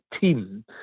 team